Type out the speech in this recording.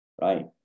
right